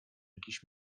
jakiś